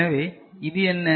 எனவே இது என்ன